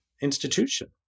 institution